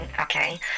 okay